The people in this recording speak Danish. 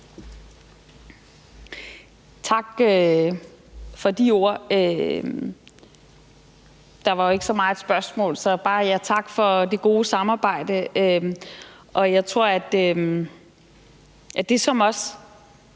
Tak for de ord. Det var jo ikke så meget et spørgsmål, så bare tak for det gode samarbejde. Jeg synes, at det, der